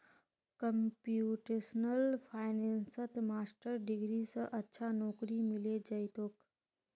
computational फाइनेंसत master degree स अच्छा नौकरी मिले जइ तोक